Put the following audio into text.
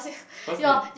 first name